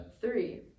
Three